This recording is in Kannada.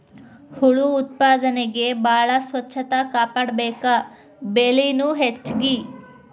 ಹುಳು ಉತ್ಪಾದನೆಗೆ ಬಾಳ ಸ್ವಚ್ಚತಾ ಕಾಪಾಡಬೇಕ, ಬೆಲಿನು ಹೆಚಗಿ